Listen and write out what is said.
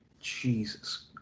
Jesus